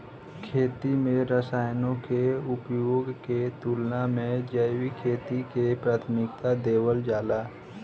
खेती में रसायनों के उपयोग के तुलना में जैविक खेती के प्राथमिकता देवल जाला